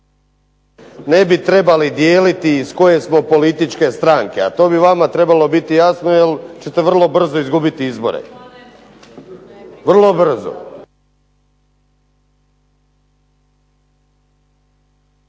ne bi trebali dijeliti iz koje smo političke stranke, a to bi vama trebalo biti jasno jer ćete vrlo brzo izgubiti izbore. Vrlo brzo.